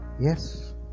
yes